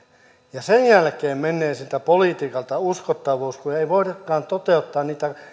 ja sen jälkeen menee siltä politiikalta uskottavuus kun ei voidakaan toteuttaa niitä